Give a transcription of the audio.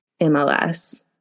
MLS